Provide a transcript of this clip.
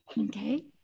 okay